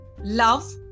love